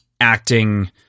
acting